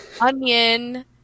onion